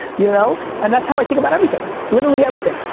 you know. and that's how i think about everything. literally everything.